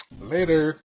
Later